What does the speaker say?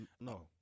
no